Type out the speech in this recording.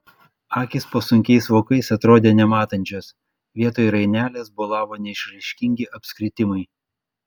akys po sunkiais vokais atrodė nematančios vietoj rainelės bolavo neišraiškingi apskritimai